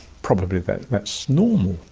probably that's that's normal.